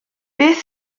beth